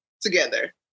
together